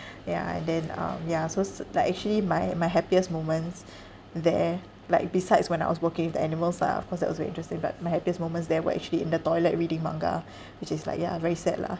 ya and then um ya so like actually my my happiest moments there like besides when I was working with the animals lah of course that was very interesting but my happiest moments there were actually in the toilet reading manga which is like ya very sad lah